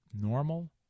normal